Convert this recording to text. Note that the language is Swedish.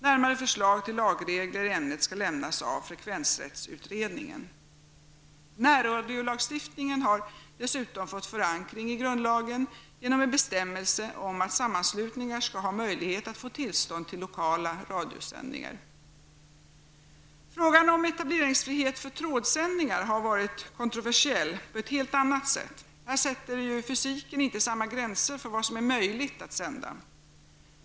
Närmare förslag till lagregler i ämnet skall lämnas av frekvensrättsutredningen. Närradiolagstiftningen har dessutom fått förankring i grundlagen genom en bestämmelse om att sammanslutningar skall ha möjlighet att få tillstånd till lokala radiosändningar. Frågan om etableringsfrihet för trådsändningar har varit kontroversiell på ett helt annat sätt. Här sätter ju fysiken inte samma gränser för vad som är möjligt att sända.